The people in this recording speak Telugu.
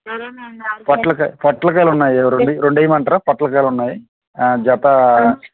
సరేనండి పొట్లకాయ పొట్లకాయలు ఉన్నాయి రెండు వేయ రెండు వేయమంటారా పొట్లకాయలు ఉన్నాయి జత